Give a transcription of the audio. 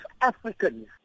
Africans